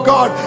God